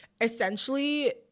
essentially